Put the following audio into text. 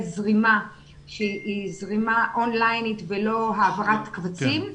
זרימה שהיא זרימה אונליין ולא העברת קבצים.